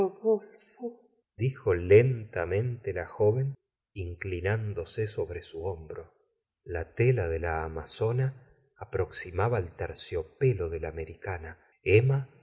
dijo lentamente la joven inclinándose sobre su hombro la tela de la amazona aproximaba al terciopelo de la americana emma